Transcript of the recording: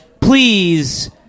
please